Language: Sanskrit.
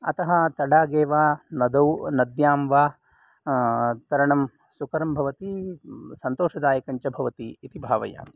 अतः तडागे वा नद्यां नद्यां वा तरणं सुकरं भवति सन्तोषदायकञ्च भवति इति भावयामि